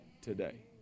today